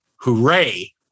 hooray